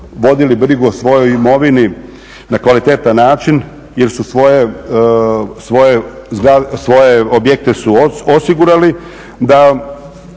vodili brigu o svojoj imovini na kvalitetan način jer su svoje objekte su osigurali da